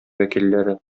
вәкилләре